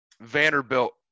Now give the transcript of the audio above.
Vanderbilt